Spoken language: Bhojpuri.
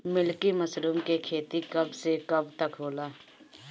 मिल्की मशरुम के खेती कब से कब तक होला?